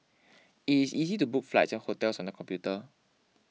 it is easy to book flights and hotels on the computer